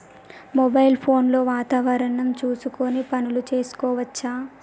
Mobile phone లో వాతావరణం చూసుకొని పనులు చేసుకోవచ్చా?